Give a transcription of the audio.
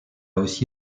aussi